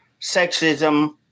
sexism